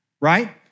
right